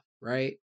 right